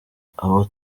abo